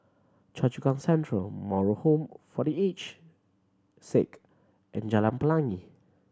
Choa Chu Kang Central Moral Home for The Aged Sick and Jalan Pelangi